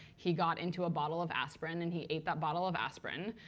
he got into a bottle of aspirin, and he ate that bottle of aspirin.